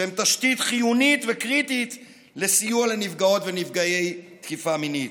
שהם תשתית חיונית וקריטית לסיוע לנפגעות ונפגעי תקיפה מינית.